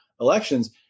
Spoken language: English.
elections